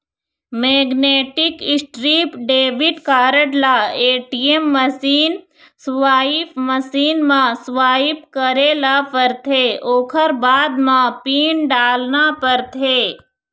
magnetic strip debit card ल ATM machine, swipe machine म swipe करे ल परथे ओखर बाद म पिन डालना परथे